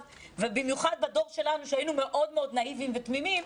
במיוחד בדור שלנו שהיינו מאוד מאוד נאיביים ותמימים,